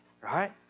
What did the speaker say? right